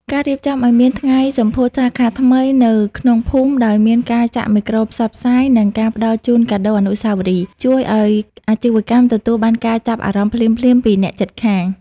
ការរៀបចំឱ្យមាន "ថ្ងៃសម្ពោធសាខាថ្មី" នៅក្នុងភូមិ ដោយមានការចាក់មេក្រូផ្សព្វផ្សាយ និងការផ្ដល់ជូនកាដូអនុស្សាវរីយ៍ ជួយឱ្យអាជីវកម្មទទួលបានការចាប់អារម្មណ៍ភ្លាមៗពីអ្នកជិតខាង។